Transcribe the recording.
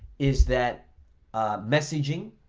is that messaging,